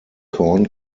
corn